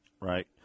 Right